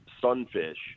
sunfish